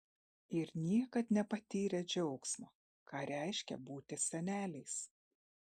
ir niekad nepatyrę džiaugsmo ką reiškia būti seneliais